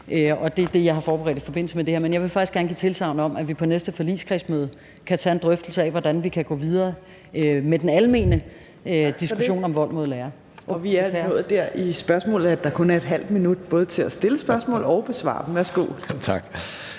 og det er det, jeg har forberedt i forbindelse med det her. Men jeg vil faktisk gerne give tilsagn om, at vi på næste forligskredsmøde kan tage en drøftelse af, hvordan vi kan gå videre med den almene diskussion om vold mod lærere. Kl. 15:32 Fjerde næstformand (Trine Torp): Vi er nået dertil i spørgerunden, hvor der kun er ½ minut både til at stille spørgsmålet og til at besvare det. Værsgo. Kl.